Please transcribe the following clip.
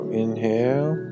inhale